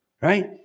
right